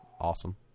awesome